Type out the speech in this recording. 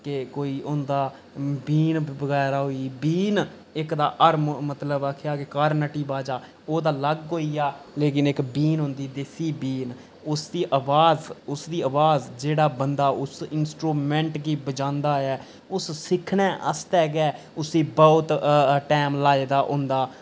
ते कोई होंदा बीन बगैरा होई बीन इक तां हर मतलब आखेआ कि कारनटी बाजा ओह् तां लग्ग होई गेआ लेकिन इक बीन होंदी जेसी बीन उसी उसी अवाज उसदी अवाज जेह्ड़ा बंदा उस इंस्ट्रूमैंट गी बजांदा ऐ उस सिक्खने आस्तै गै उसी बोह्त टाइम लाए दा होंदा